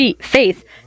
faith